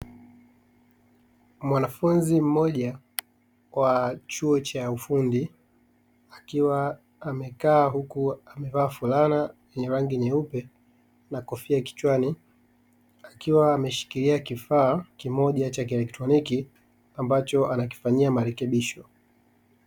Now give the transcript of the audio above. Mwanafunzi mmoja wa chuo cha ufundi, akiwa amekaa huku amevaa fulana ya rangi nyeupe na kofia kichwani, akiwa ameshikilia kimoja cha kieletroniki ambacho anakifanyia marekebisho.